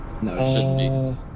No